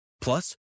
Plus